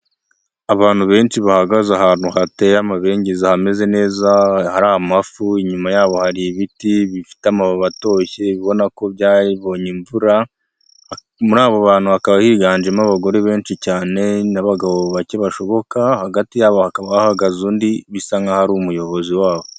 Abantu benshi bahagaze ahantu hateye amabengeza hameze neza, hari amafu, inyuma yabo hari ibiti bifite amababi atoshye, ubona ko byabonye imvura, muri abo bantu hakaba higanjemo abagore benshi cyane n'abagabo bake bashoboka, hagati yabo hakaba hahagaze undi, bisa nkaho ari umuyobozi wabo.